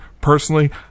personally